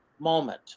moment